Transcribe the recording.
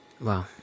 Wow